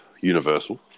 universal